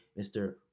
Mr